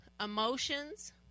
emotions